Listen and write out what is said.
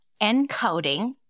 encoding